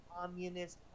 communist